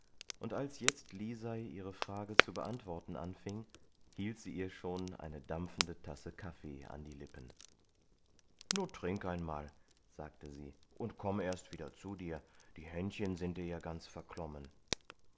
und als jetzt lisei ihre frage zu beantworten anfing hielt sie ihr schon eine dampfende tasse kaffee an die lippen nun trink einmal sagte sie und komm erst wieder zu dir die händchen sind dir ja ganz verklommen